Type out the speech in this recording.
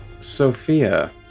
Sophia